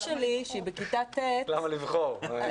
למה לבחור?